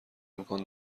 امکان